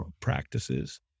practices